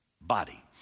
body